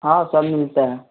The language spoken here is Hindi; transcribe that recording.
हाँ सब मिलता है